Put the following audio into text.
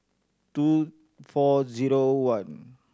two four zero one